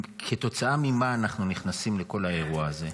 כתוצאה ממה אנחנו נכנסים לכל האירוע הזה?